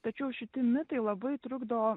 tačiau šiti mitai labai trukdo